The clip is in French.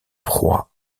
proie